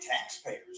taxpayers